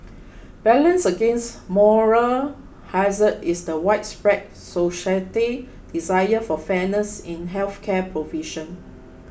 balanced against moral hazard is the widespread society desire for fairness in health care provision